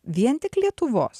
vien tik lietuvos